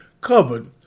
covered